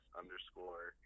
underscore